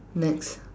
next